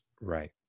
Right